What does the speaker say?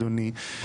אדוני.